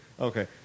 Okay